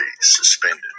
suspended